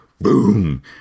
boom